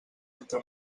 entre